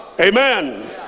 Amen